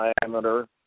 diameter